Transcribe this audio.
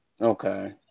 Okay